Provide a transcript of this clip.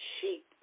sheep